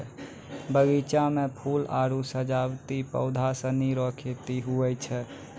बगीचा मे फूल आरु सजावटी पौधा सनी रो खेती हुवै छै